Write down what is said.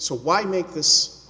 so why make this